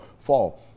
fall